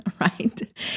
right